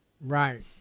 right